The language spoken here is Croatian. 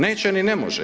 Neće ni ne može.